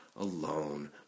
alone